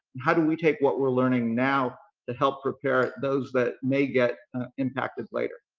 how do we take what we're learning now to help prepare those that may get impacted later?